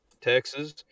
Texas